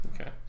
okay